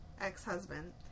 ex-husband